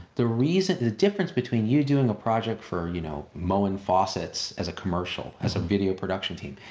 the reason, the difference between you doing a project for you know moen faucets as a commercial, as a video production team,